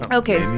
okay